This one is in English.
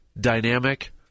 dynamic